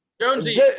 Jonesy